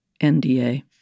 NDA